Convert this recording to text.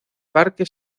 parque